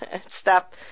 Stop